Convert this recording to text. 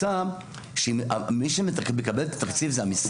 מי שמקבל את התקציב זה המשרד,